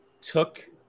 took